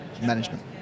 management